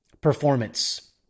performance